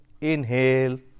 Inhale